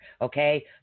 okay